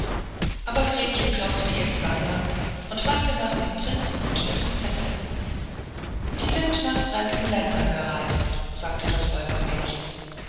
aber gretchen klopfte ihr die wangen und fragte nach dem prinzen und der prinzessin die sind nach fremden ländern gereist sagte das